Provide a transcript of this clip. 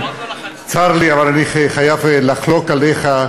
צר לי אבל אני חייב לחלוק עליך,